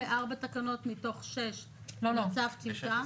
בארבע תקנות מתוך שש במצב טיוטה.